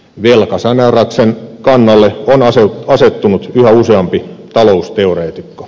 velkasaneerauksen kannalle on asettunut yhä useampi talousteoreetikko